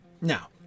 Now